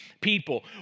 people